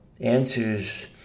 answers